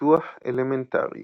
ביטוח אלמנטרי